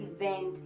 event